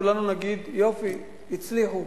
כולנו נגיד: יופי, הצליחו.